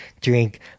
drink